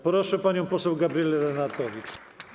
Proszę panią poseł Gabrielę Lenartowicz.